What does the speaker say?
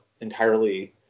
entirely